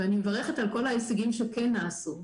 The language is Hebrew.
ואני מברכת על כל ההישגים שכן נעשו,